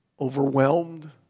overwhelmed